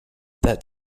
that